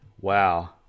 Wow